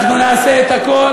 אנחנו נעשה את הכול,